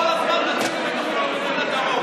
כל הזמן רציתם את מיגון הדרום.